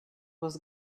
was